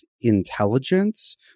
intelligence